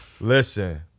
Listen